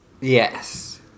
Yes